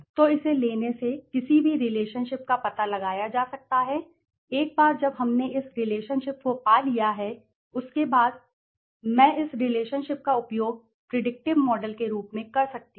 तो इसे लेने से किसी भी रिलेशनशिप का पता लगाया जा सकता है एक बार जब हमने इस रिलेशनशिप को पा लिया है उसके बाद मैं इस रिलेशनशिप का उपयोग प्रिडिक्टिव मॉडल के रूप में कर सकता हूं